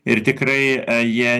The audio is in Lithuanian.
ir tikrai jie